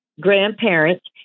grandparents